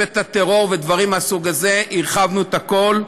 טרור, ודברים מהסוג הזה, הרחבנו את הכול.